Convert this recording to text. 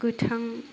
गोथां